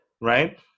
right